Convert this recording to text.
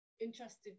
interested